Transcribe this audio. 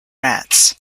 rats